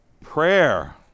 Prayer